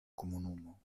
komunumo